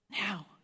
Now